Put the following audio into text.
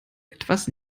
etwas